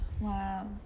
Wow